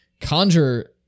Conjure